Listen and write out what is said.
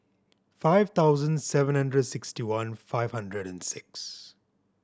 five thousand seven hundred sixty one five hundred and six